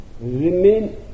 remain